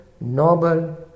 noble